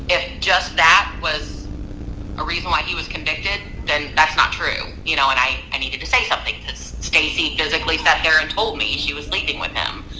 if just that was a reason why he was convicted then that's not true. you know and i and needed to say something that stacey physically sat there and told me she was sleeping with him.